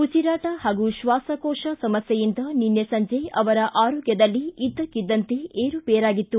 ಉಸಿರಾಟ ಹಾಗೂ ಶ್ವಾಸಕೋಶ ಸಮಸ್ಥೆಯಿಂದ ನಿನ್ನೆ ಸಂಜೆ ಅವರ ಆರೋಗ್ಧದಲ್ಲಿ ಇದ್ದಕ್ಕಿದ್ದಂತೆ ವಿರುಪೇರಾಗಿತ್ತು